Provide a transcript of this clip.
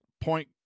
point